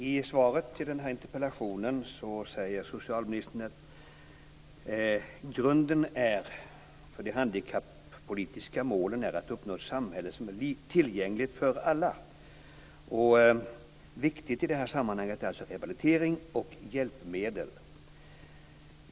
Fru talman! I svaret på interpellationen säger socialministern att grunden för de handikappolitiska målen är att uppnå ett samhälle som är tillgängligt för alla. Viktigt i detta sammanhang är alltså rehabilitering och hjälpmedel.